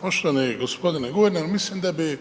Poštovani gospodine guverneru. Mislim da bi